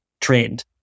trained